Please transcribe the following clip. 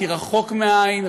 רחוק מהעין,